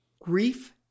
Grief